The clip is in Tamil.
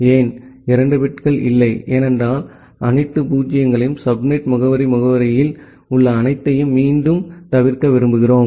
ஏன் 2 பிட்கள் இல்லை ஏனென்றால் அனைத்து பூஜ்ஜியங்களையும் சப்நெட் முகவரிமுகவரியில் உள்ள அனைத்தையும் மீண்டும் தவிர்க்க விரும்புகிறோம்